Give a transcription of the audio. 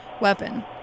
weapon